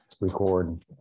record